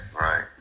right